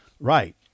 Right